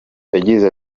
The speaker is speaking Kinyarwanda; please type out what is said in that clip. yagize